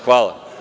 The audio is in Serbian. Hvala.